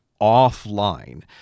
offline